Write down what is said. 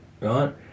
right